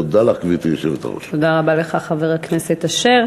תודה לך, גברתי היושבת-ראש.